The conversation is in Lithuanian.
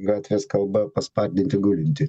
gatvės kalba paspardinti gulintį